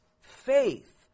faith